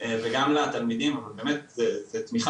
וגם לתלמידים,